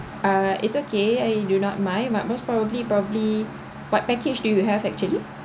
ah it's okay I do not mind but most probably probably what package do you have actually